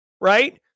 right